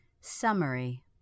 Summary